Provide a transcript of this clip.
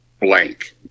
blank